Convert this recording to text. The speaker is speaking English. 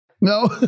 No